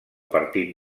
partit